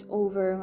over